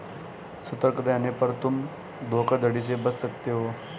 सतर्क रहने पर तुम धोखाधड़ी से बच सकते हो